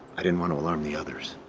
i didn't want to alarm the others.